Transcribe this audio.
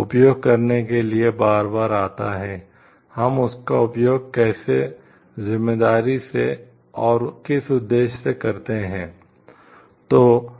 उपयोग करने के लिए बार बार आता है हम इसका उपयोग कैसे जिम्मेदारी से और किस उद्देश्य से करते हैं